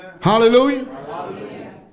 Hallelujah